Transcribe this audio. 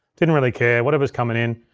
didn't really care, whatever's comin' in,